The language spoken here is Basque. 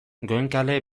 goenkale